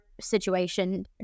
situation